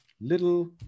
little